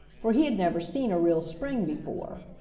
for he had never seen a real spring before.